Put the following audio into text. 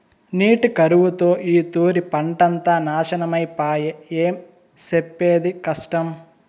నీటి కరువుతో ఈ తూరి పంటంతా నాశనమై పాయె, ఏం సెప్పేది కష్టం